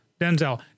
Denzel